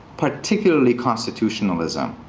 particularly constitutionalism